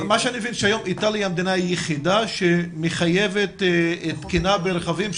מה שאני מבין שהיום איטליה זו המדינה היחידה שמחייבת תקינה ברכבים,